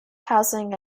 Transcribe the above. housing